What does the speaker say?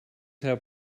have